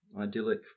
idyllic